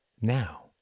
now